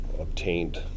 obtained